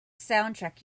soundtrack